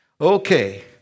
Okay